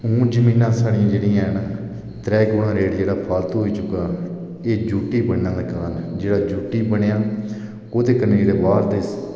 हून जमीनां साढ़ियां जेह्ड़ियां हैन त्रैऽ गुणा रेट जेह्ड़ा फालतू होई चुके दा एह् यूटी बनने दे कारण जेह्ड़ा यूटी बनेआ ओह्दे कन्नै जेह्ड़े बाहर दे